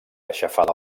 aixafada